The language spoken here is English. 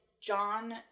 John